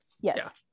Yes